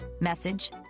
message